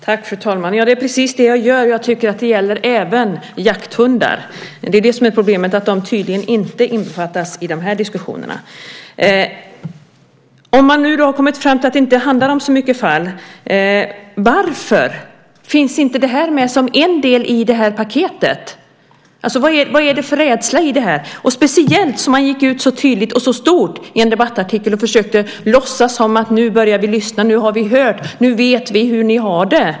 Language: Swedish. Fru talman! Det är precis det jag gör, och jag tycker att det gäller även jakthundar. Problemet är att de tydligen inte innefattas i de här diskussionerna. Om man nu har kommit fram till att det inte handlar om så många fall, varför finns inte det då med som en del i paketet? Vad är man rädd för? Man gick ut så tydligt och stort i en debattartikel och försökte låtsas som att man nu lyssnar, hör och vet hur alla har det.